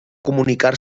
comunicar